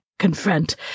confront